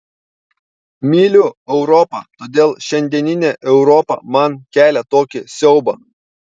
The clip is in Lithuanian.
myliu europą todėl šiandieninė europa man kelia tokį siaubą